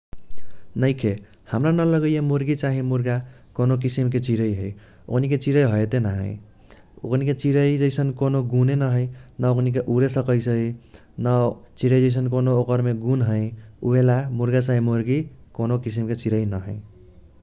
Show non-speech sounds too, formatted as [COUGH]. नइखे हमरा नलगाइए मुर्गा चाही मुर्गी कौनी किसिमके चिरई है। ओकनीके चिरई हैते नहइ । [NOISE] ओकनीके चिरई जैसन कौनो गुणे नहाई। न ओकनीके उरे सकैसई न चिरई जैसन कौनो ओकरमे गुण है। उहेला मुर्गा चाही मुर्गी कौनो किसिमके चिरई नहइ। `